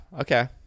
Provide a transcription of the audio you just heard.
okay